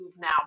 now